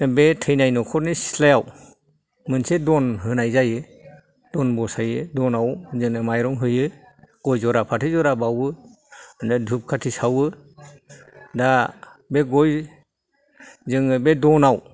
बे थैनाय न'खरनि सिथ्लायाव मोनसे दन होनाय जायो दन बसायो दनाव जोंनो मायरं होयो गइ जरा फाथै जरा बावो ओमफ्राय धुब खाथि सावो दा बे गइ जोङो बे दनाव